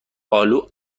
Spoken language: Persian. آلو